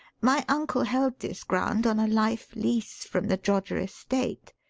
my uncle held this ground on a life lease from the droger estate.